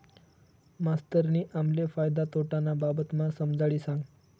मास्तरनी आम्हले फायदा तोटाना बाबतमा समजाडी सांगं